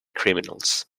criminals